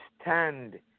stand